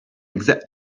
exact